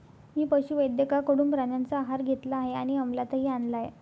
मी पशुवैद्यकाकडून प्राण्यांचा आहार घेतला आहे आणि अमलातही आणला आहे